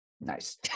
Nice